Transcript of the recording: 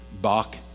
Bach